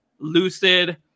Lucid